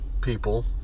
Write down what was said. people